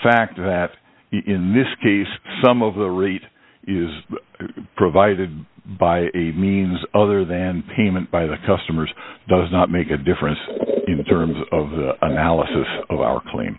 fact that in this case some of the rate is provided by a means other than payment by the customers does not make a difference in the terms of analysis of our cl